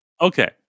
Okay